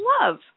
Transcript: love